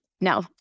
no